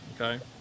Okay